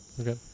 okay